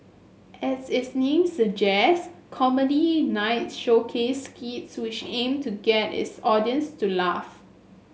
as its name suggest Comedy Night showcased skits which aimed to get its audience to laugh